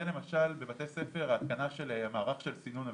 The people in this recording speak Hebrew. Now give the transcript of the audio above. למשל בבתי ספר ההתקנה של מערך סינון אוויר.